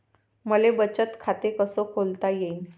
मले बचत खाते कसं खोलता येईन?